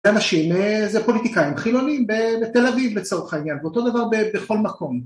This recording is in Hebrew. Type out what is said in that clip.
זה אנשים, זה פוליטיקאים חילוניים בתל אביב לצורך העניין ואותו דבר בכל מקום.